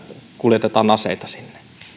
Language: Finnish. kuljetetaan aseita sinne